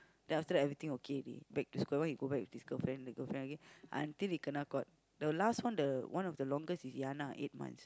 then after that everything okay already back to square one he go back with this girlfriend the girlfriend okay until he kena caught the last one the one of the longest is Yana eight months